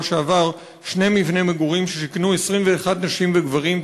שעבר שני מבני מגורים ששיכנו 21 נשים וגברים,